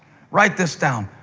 write this down.